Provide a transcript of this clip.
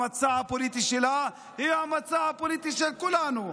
המצע הפוליטי שלה הוא המצע הפוליטי של כולנו,